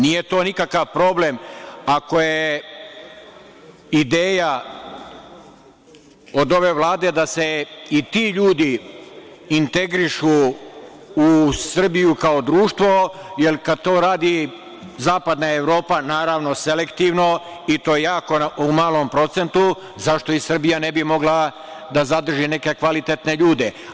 Nije to nikakav problem, ako je ideja od ove Vlade da se i ti ljudi integrišu u Srbiju kao društvo, jer kada to radi zapadna Evropa, naravno selektivno i to je u jako malom procentu, zašto i Srbija ne bi mogla da zadrži neke kvalitetne ljude.